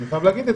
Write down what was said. אני חייב להגיד,